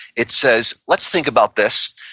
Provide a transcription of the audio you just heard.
it says, let's think about this.